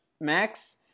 max